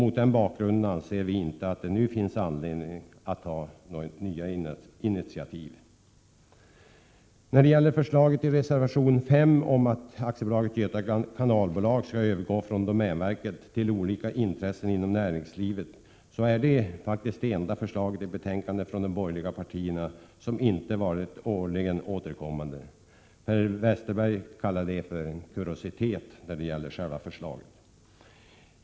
Mot den bakgrunden anser vi inte att det finns anledning att nu ta några initiativ. Förslaget i reservation 5 om att AB Göta kanalbolag skall övergå från domänverket till olika intressen inom näringslivet är det enda förslaget från de borgerliga partierna i det här betänkandet som inte varit årligen återkommande. Per Westerberg kallade själva förslaget för en kuriositet!